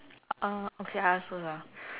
uh okay I ask first ah